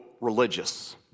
religious